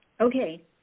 Okay